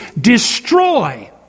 destroy